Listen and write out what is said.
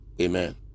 Amen